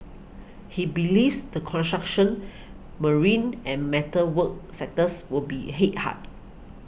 he believes the construction marine and metal work sectors will be hit hard